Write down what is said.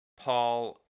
Paul